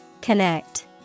Connect